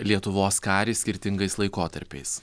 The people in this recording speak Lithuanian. lietuvos karį skirtingais laikotarpiais